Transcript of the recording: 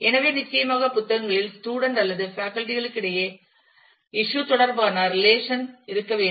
எனவே நிச்சயமாக புத்தகங்களில் ஸ்டூடண்ட் அல்லது பேக்கல்டி களிடையே பிரச்சினை தொடர்பான ரெலேஷன் இருக்க வேண்டும்